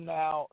now